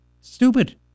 Stupid